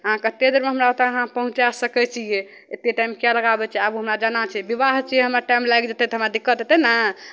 अहाँ कतेक देरमे हमरा ओतय अहाँ पहुँचा सकै छियै एतेक टाइम किएक लगाबै छियै आबू हमरा जाना छै विवाह छियै हमरा टाइम लागि जेतै तऽ हमरा दिक्कत हेतै ने